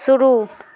शुरू